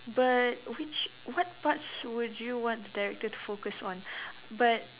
but which what parts would you want the director to focus on but